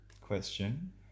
Question